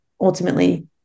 ultimately